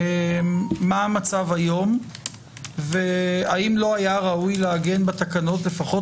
מה המצב היום והאם לא היה ראוי לעגן בתקנות לפחות